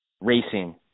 racing